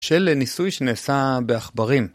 של ניסוי שנעשה בעכברים.